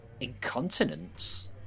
incontinence